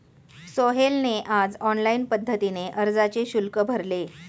सोहेलने आज ऑनलाईन पद्धतीने अर्जाचे शुल्क भरले